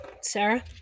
Sarah